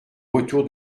retour